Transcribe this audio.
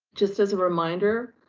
just as a reminder,